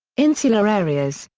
insular areas,